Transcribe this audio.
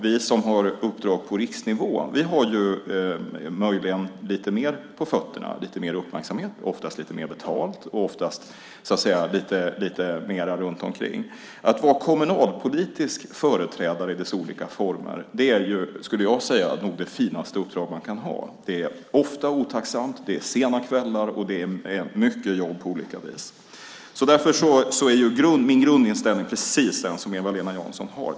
Vi som har uppdrag på riksnivå har möjligen lite mer på fötterna, får lite mer uppmärksamhet, oftast lite mer betalt och oftast lite mer runt omkring. Att vara kommunalpolitisk företrädare i olika former är det finaste uppdrag man kan ha. Det är ofta otacksamt, sena kvällar och mycket jobb på olika sätt. Därför är min grundinställning precis den som Eva-Lena Jansson har.